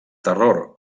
terror